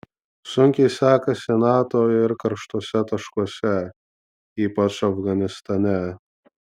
sunkiai sekasi nato ir karštuose taškuose ypač afganistane